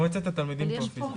מועצת התלמידים פה.